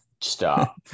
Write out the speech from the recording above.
Stop